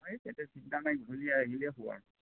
হয় তেতিয়া চিন্তা নাই গধূলি আহিলেই হ'ব আৰু